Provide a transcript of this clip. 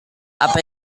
apa